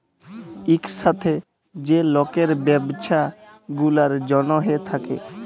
ইকসাথে যে লকের ব্যবছা গুলার জ্যনহে থ্যাকে